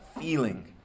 feeling